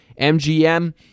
MGM